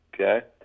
okay